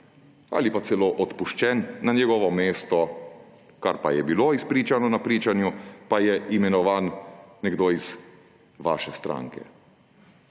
ali pa celo odpuščen, na njegovo mesto − kar pa je bilo izpričano na pričanju − pa je imenovan nekdo iz vaše stranke.